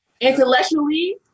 intellectually